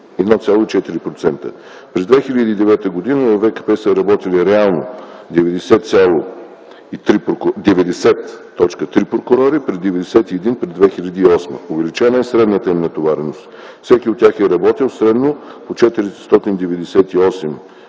1,4%. През 2009 г. във ВКП са работили реално 90,3 прокурори при 91 за 2008 г. Увеличена е средната им натовареност. Всеки от тях е работил средно по 499